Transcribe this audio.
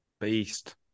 Beast